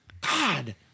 God